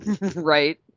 Right